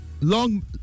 long